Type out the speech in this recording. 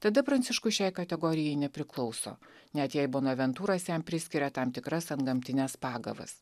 tada pranciškus šiai kategorijai nepriklauso net jei bonaventūras jam priskiria tam tikras antgamtines pagavas